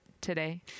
today